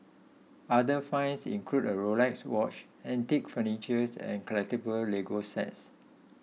other finds include a Rolex watch antique furnitures and collectable Lego sets